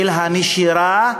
של הנשירה,